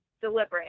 deliberate